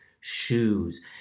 shoes